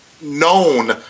known